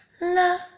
love